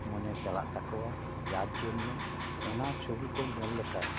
ᱢᱚᱱᱮ ᱪᱟᱞᱟᱜ ᱛᱟᱠᱚᱣᱟ ᱡᱟᱨ ᱡᱳᱱᱱᱚ ᱚᱱᱟ ᱪᱷᱚᱵᱤ ᱠᱚ ᱧᱮᱞ ᱞᱮᱠᱷᱟᱱ